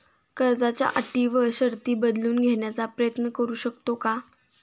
कर्जाच्या अटी व शर्ती बदलून घेण्याचा प्रयत्न करू शकतो का?